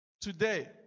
Today